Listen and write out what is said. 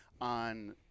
on